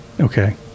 Okay